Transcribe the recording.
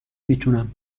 میتونم